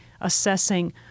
assessing